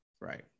right